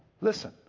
listen